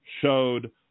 showed